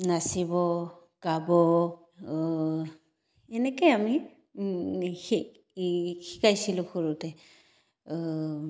নাচিব গাব এনেকেই আমি শিকাইছিলোঁ সৰুতে